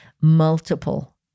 multiple